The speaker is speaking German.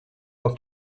auf